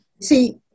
See